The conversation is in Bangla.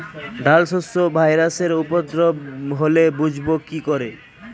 ডাল শস্যতে ভাইরাসের উপদ্রব হলে বুঝবো কি করে?